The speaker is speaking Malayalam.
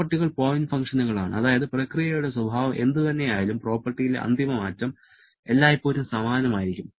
പ്രോപ്പർട്ടികൾ പോയിന്റ് ഫംഗ്ഷനുകളാണ് അതായത് പ്രക്രിയയുടെ സ്വഭാവം എന്തുതന്നെ ആയാലും പ്രോപ്പർട്ടിയിലെ അന്തിമ മാറ്റം എല്ലായ്പ്പോഴും സമാനമായിരിക്കും